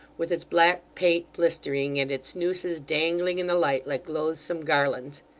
with its black paint blistering, and its nooses dangling in the light like loathsome garlands.